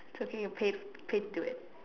totally you paid paid to it